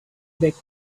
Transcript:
back